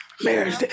marriage